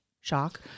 shock